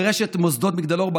ולרשת מוסדות "מגדל אור",